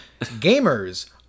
Gamers